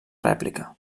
rèplica